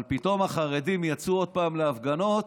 אבל פתאום החרדים יצאו עוד פעם להפגנות,